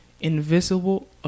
invisible